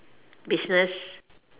business